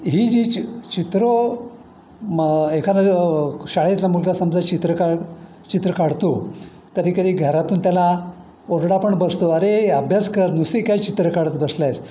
ही जी चि चित्र मग एखादं शाळेतला मुलगा समजा चित्र काढ चित्र काढतो कधी कधी घरातून त्याला ओरडा पण बसतो अरे अभ्यास कर नुसती काय चित्रं काढत बसला आहेस